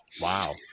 wow